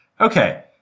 Okay